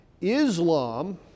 Islam